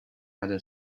other